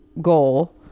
goal